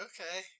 Okay